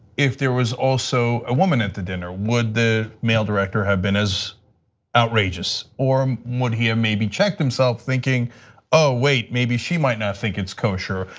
if there was also a woman at the dinner with the male director have been as outrageous? or would he have maybe checked himself, thinking ah wait, maybe she might not think it's kosher,